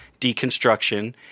deconstruction